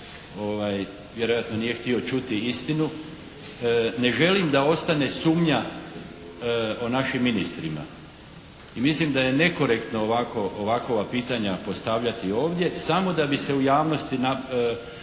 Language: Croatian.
vjerojatno nije htio čuti istinu. Ne želim da ostane sumnja o našim ministrima i mislim da je nekorektno ovako ovakova pitanja postavljati ovdje samo da bi se u javnosti